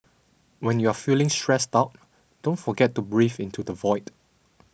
when you are feeling stressed out don't forget to breathe into the void